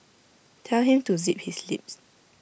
tell him to zip his lips